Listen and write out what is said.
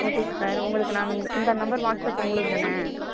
okay sir உங்களுக்கு நாங்கள் இந்த நம்பர் வாட்ஸ்அப் உங்களுதுதானே